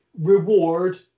reward